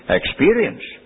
experience